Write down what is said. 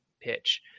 pitch